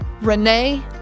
renee